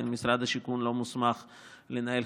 משרד השיכון לא מוסמך לנהל,